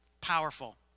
Powerful